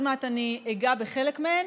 ועוד מעט אני אגע בחלק מהן,